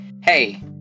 Hey